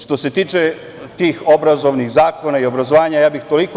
Što se tiče tih obrazovnih zakona i obrazovanja, ja bih toliko.